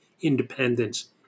independence